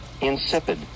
insipid